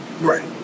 Right